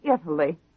Italy